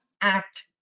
act